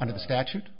under the statute